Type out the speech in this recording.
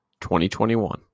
2021